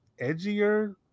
edgier